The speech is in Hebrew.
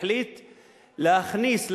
החליט להכניס,